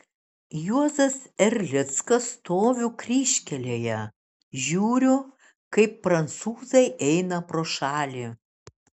juozas erlickas stoviu kryžkelėje žiūriu kaip prancūzai eina pro šalį